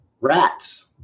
rats